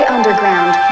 Underground